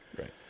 Right